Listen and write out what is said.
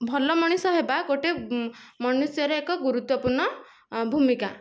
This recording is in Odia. ଭଲ ମଣିଷ ହେବା ଗୋଟିଏ ମନୁଷ୍ୟରେ ଏକ ଗୁରୁତ୍ୱପୂର୍ଣ୍ଣ ଭୂମିକା